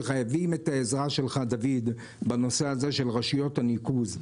שחייבים את העזרה שלך דוד בנושא של רשויות הניקוז.